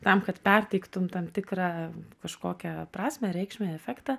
tam kad perteiktum tam tikrą kažkokią prasmę reikšmę efektą